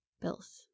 Bills